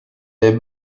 les